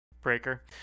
breaker